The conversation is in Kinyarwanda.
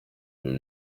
ibyo